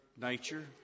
nature